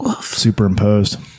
superimposed